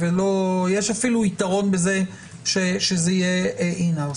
יש אפילו יתרון בזה שזה יהיה בתוך הבית.